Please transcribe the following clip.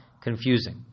confusing